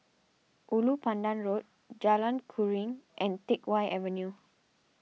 Ulu Pandan Road Jalan Keruing and Teck Whye Avenue